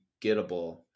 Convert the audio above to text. gettable